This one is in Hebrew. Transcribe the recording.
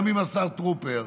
גם עם השר טרופר,